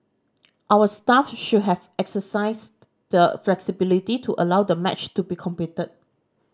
our staff should have exercised the flexibility to allow the match to be completed